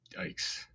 Yikes